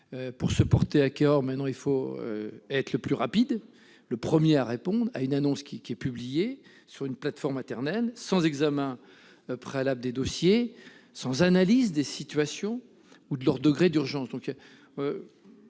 pour se porter acquéreur, il faut être le plus rapide et le premier à répondre à une annonce publiée sur une plateforme internet, sans examen préalable des dossiers ni analyse des situations ou de leur degré d'urgence